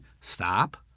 stop